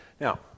Now